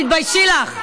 תתביישי לך.